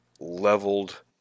leveled